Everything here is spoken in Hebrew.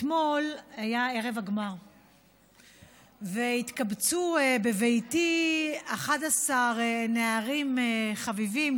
אתמול היה ערב הגמר והתקבצו בביתי 11 נערים חביבים,